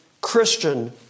Christian